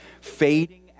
fading